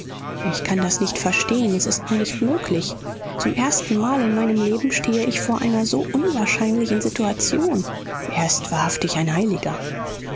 ich kann das nicht verstehen es ist mir nicht möglich zum erstenmal in meinem leben stehe ich vor einer so unwahrscheinlichen situation er ist wahrhaftig ein heiliger